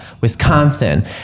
Wisconsin